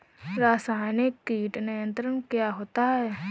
रसायनिक कीट नियंत्रण क्या होता है?